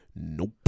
Nope